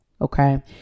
Okay